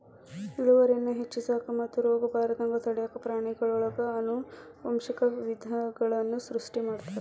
ಇಳುವರಿಯನ್ನ ಹೆಚ್ಚಿಸಾಕ ಮತ್ತು ರೋಗಬಾರದಂಗ ತಡ್ಯಾಕ ಪ್ರಾಣಿಗಳೊಳಗ ಆನುವಂಶಿಕ ವಿಧಗಳನ್ನ ಸೃಷ್ಟಿ ಮಾಡ್ತಾರ